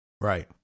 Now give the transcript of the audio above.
right